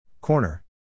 Corner